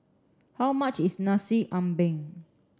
how much is Nasi Ambeng